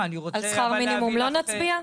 על שכר מינימום לא נצביע?